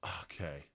Okay